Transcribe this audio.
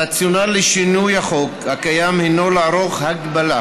הרציונל לשינוי החוק הקיים הוא לערוך הקבלה